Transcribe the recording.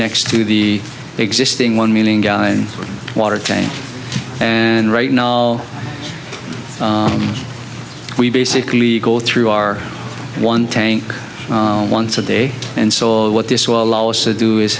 next to the existing one meaning water tank and right now we basically go through our one tank once a day and saw what this will allow us to do is